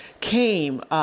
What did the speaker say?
came